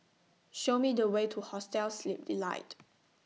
Show Me The Way to Hostel Sleep Delight